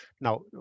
Now